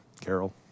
Carol